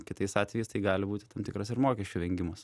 kitais atvejais tai gali būti tam tikras ir mokesčių vengimas